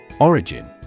Origin